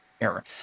error